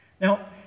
Now